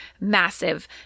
massive